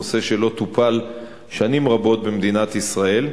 נושא שלא טופל שנים רבות במדינת ישראל.